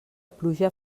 pluja